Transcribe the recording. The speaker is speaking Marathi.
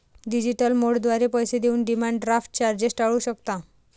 डिजिटल मोडद्वारे पैसे देऊन डिमांड ड्राफ्ट चार्जेस टाळू शकता